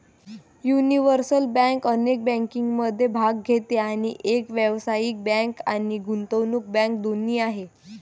universal bank अनेक बँकिंगमध्ये भाग घेते आणि एक व्यावसायिक बँक आणि गुंतवणूक बँक दोन्ही आहे